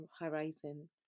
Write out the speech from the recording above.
horizon